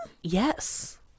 Yes